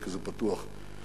כי זה פתוח לתחרות.